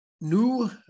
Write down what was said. new